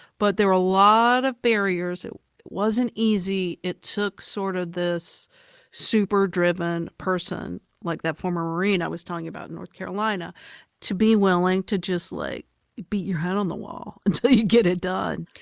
but there were a lot of barriers, it wasn't easy. it took sort of this super driven person, like that former marine i was telling you about in north carolina to be willing to just like beat your head on the wall until you get it done.